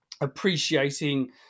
appreciating